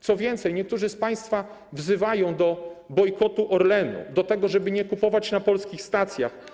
Co więcej, niektórzy z państwa wzywają do bojkotu Orlenu, do tego, żeby nie kupować na polskich stacjach.